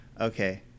Okay